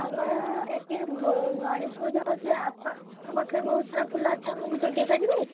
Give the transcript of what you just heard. ଆମେ ଏଠି ଗଣେଶ ପୂଜା ହେଉଛି ଆପଣଙ୍କ ପାଖରେ ବହୁତ୍ ସାରା ଫୁଲ ଅଛି ଆମକୁ ଯୋଗେଇ ପାରିବେ